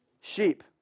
Sheep